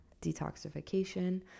detoxification